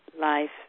life